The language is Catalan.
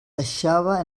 deixava